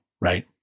right